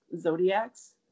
Zodiacs